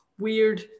weird